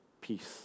peace